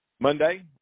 Monday